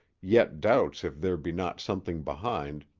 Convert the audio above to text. yet doubts if there be not something behind,